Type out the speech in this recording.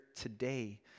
today